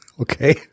Okay